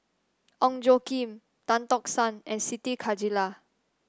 Ong Tjoe Kim Tan Tock San and Siti Khalijah